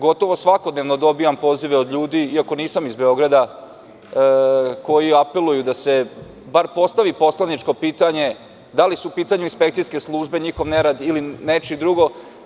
Gotovo svakodnevno dobijam pozive od ljudi, iako nisam iz Beograda, koji apeluju da se bar postavi poslaničko pitanje da li su u pitanju inspekcijske službe, njihov nerad ili nešto drugo.